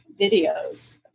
videos